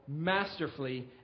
masterfully